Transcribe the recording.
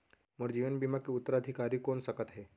मोर जीवन बीमा के उत्तराधिकारी कोन सकत हे?